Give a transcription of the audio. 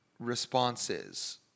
responses